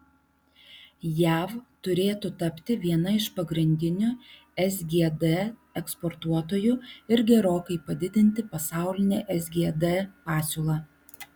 jav turėtų tapti viena iš pagrindinių sgd eksportuotojų ir gerokai padidinti pasaulinę sgd pasiūlą